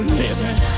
living